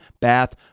bath